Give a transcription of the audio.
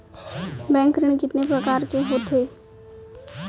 Bank ऋण कितने परकार के होथे ए?